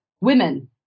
women